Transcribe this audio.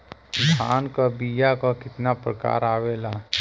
धान क बीया क कितना प्रकार आवेला?